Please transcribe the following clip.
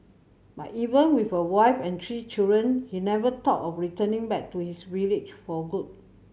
but even with a wife and three children he never thought of returning back to his village for good